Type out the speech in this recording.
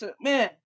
Man